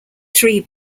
three